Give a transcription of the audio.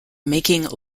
making